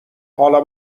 حالا